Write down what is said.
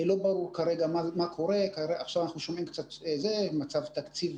כרגע לא ברור מה קורה, אנחנו שומעים שיש מצב תקציב